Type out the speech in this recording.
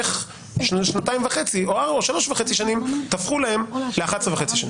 איך שנתיים או שלוש וחצי שנים תפחו להם ל-11.5 שנים?